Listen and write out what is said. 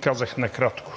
казах накратко.